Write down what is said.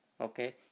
okay